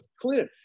clear